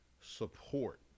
support